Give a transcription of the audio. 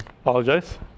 Apologize